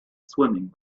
swimming